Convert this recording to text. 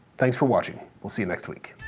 thanks for watching. we'll see you next week.